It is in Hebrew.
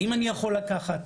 האם אני יכול לקחת.